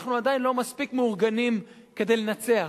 אנחנו עדיין לא מספיק מאורגנים כדי לנצח.